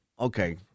okay